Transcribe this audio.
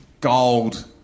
gold